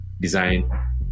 design